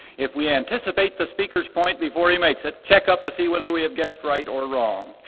if we anticipate the speaker's point before he makes it, check up to see whether we have guessed right or wrong.